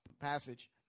passage